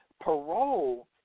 parole